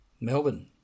Melbourne